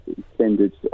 extended